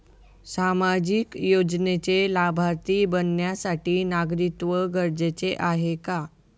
सामाजिक योजनेचे लाभार्थी बनण्यासाठी नागरिकत्व गरजेचे आहे का?